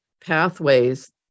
pathways